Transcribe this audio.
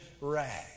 rag